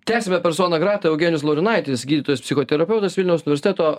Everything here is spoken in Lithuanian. tęsiame persona grata eugenijus laurinaitis gydytojas psichoterapeutas vilniaus universiteto